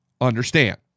understand